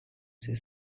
she